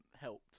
helped